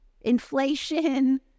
inflation